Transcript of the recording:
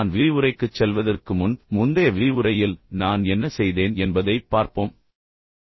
நான் விரிவுரைக்குச் செல்வதற்கு முன் முந்தைய விரிவுரையில் நான் என்ன செய்தேன் என்பதை விரைவாக மதிப்பாய்வு செய்ய விரும்புகிறேன்